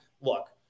look